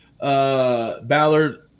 Ballard